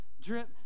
drip